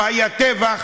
לא היה טבח,